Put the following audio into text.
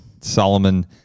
Solomon